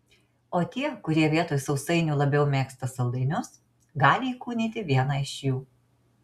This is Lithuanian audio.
o tie kurie vietoj sausainių labiau mėgsta saldainius gali įkūnyti vieną iš jų